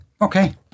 Okay